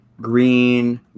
green